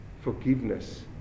Forgiveness